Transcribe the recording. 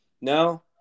no